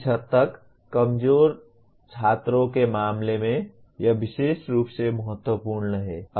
इस हद तक कमजोर छात्रों के मामले में यह विशेष रूप से महत्वपूर्ण है